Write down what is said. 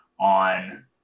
on